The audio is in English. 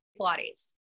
Pilates